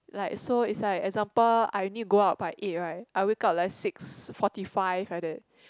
like so is like example I need go out by eight right I wake up like six forty five like that